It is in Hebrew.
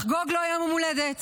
לחגוג לו יום הולדת.